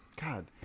God